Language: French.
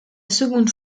seconde